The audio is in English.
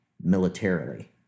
militarily